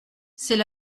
c’est